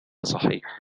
صحيح